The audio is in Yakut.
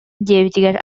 диэбитигэр